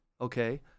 okay